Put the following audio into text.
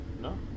No